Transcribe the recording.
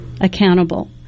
accountable